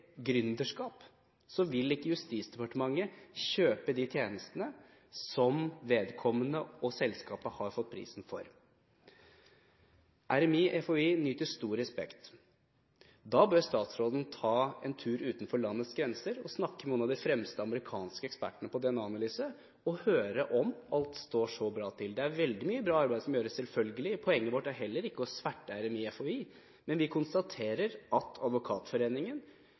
så vil ikke Justisdepartementet kjøpe de tjenestene som vedkommende, og selskapet, har fått prisen for. RMI/FHI nyter stor respekt. Da bør statsråden ta en tur utenfor landets grenser og snakke med noen av de fremste amerikanske ekspertene på DNA-analyse og høre om alt står så bra til. Det er selvfølgelig veldig mye bra arbeid som gjøres – og poenget vårt er heller ikke å sverte RMI/FHI – men vi konstaterer at Advokatforeningen,